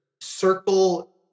circle